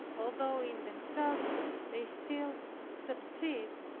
although in themselves they still subsist,